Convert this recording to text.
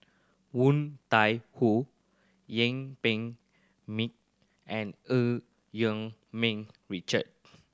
Woon Tai Ho Yuen Peng and Eu Yee Ming Richard